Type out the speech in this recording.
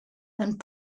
and